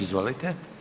Izvolite.